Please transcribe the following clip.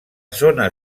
zona